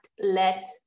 let